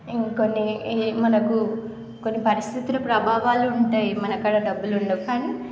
ఇంకొన్ని మనకు కొన్ని పరిస్థితులు ప్రభావాలు ఉంటాయి మన కాడ డబ్బులు ఉండవు కానీ